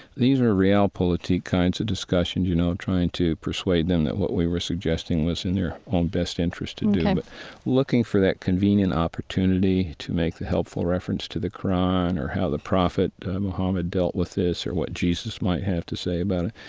these were realpolitik kinds of discussions, you know, trying to persuade them that what we were suggesting was in their own best interest and yeah but looking for that convenient opportunity to make a helpful reference to the qur'an, or how the prophet mohammed dealt with this, or what jesus might have to say about it,